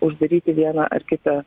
uždaryti vieną ar kitą